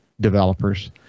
developers